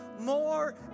more